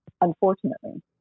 unfortunately